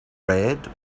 red